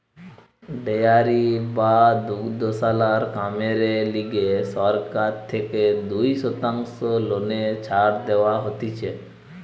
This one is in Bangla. ডেয়ারি বা দুগ্ধশালার কামেরে লিগে সরকার থেকে দুই শতাংশ লোনে ছাড় দেওয়া হতিছে